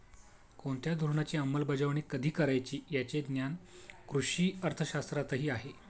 कोणत्या धोरणाची अंमलबजावणी कधी करायची याचे ज्ञान कृषी अर्थशास्त्रातही आहे